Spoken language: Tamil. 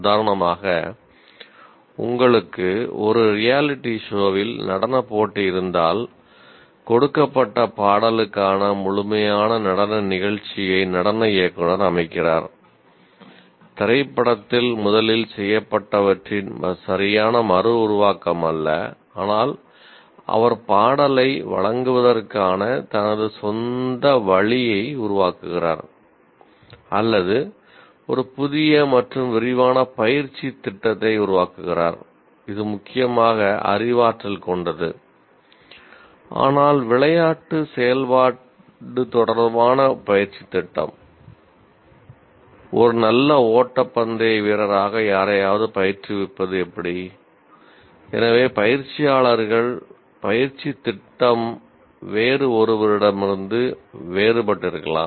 உதாரணமாக உங்களுக்கு ஒரு ரியாலிட்டி ஷோ வில் மற்றும் பல